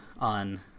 on